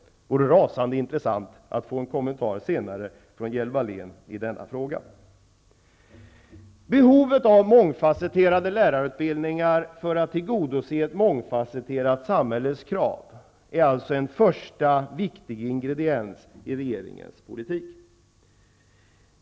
Det vore rasande intressant att senare här få höra en kommentar från Lena Hjelm Wallén i denna fråga. Behovet av mångfasetterade lärarutbildningar för att tillgodose ett mångfasetterat samhälles krav är alltså en första viktig ingrediens i regeringens politik.